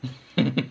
um